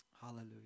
Hallelujah